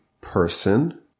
person